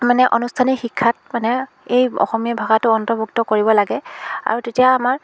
মানে অনুষ্ঠানিক শিক্ষাত মানে এই অসমীয়া ভাষাটো অন্তৰ্ভুক্ত কৰিব লাগে আৰু তেতিয়া আমাৰ